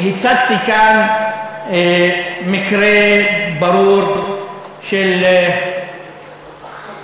אני הצגתי כאן מקרה ברור של